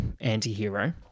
anti-hero